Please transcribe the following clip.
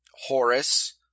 Horace